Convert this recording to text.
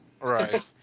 right